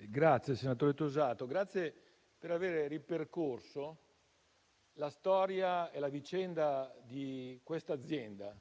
il senatore Tosato per avere ripercorso storia e la vicenda di questa azienda: